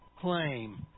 claim